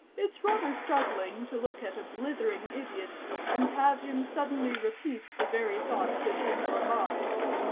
it's rather startling to look at a blithering idiot and have him suddenly repeat the very thought that's in your mind.